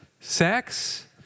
sex